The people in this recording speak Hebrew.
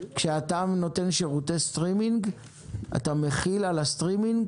כשאתה נותן שירותי סטרימינג אתה מחיל על הסטרימינג